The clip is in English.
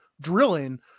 drilling